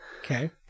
Okay